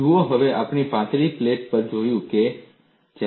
જુઓ હવે આપણે પાતળી પ્લેટ પર જોયું છે